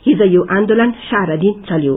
हिज यो आन्दोलन सारा दिन चल्यो